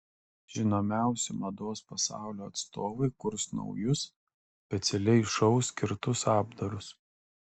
žinomiausi mados pasaulio atstovai kurs naujus specialiai šou skirtus apdarus